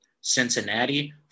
Cincinnati